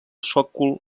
sòcol